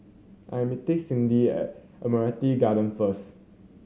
I am meeting Cyndi at Admiralty Garden first